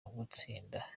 ugutsinda